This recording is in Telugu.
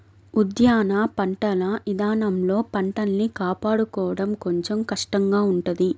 ఉద్యాన పంటల ఇదానంలో పంటల్ని కాపాడుకోడం కొంచెం కష్టంగా ఉంటది